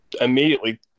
immediately